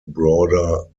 broader